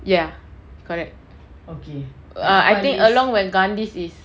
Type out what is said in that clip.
ya correct okay err I think along where gandhi is